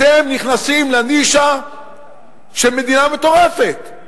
אתם נכנסים לנישה של מדינה מטורפת.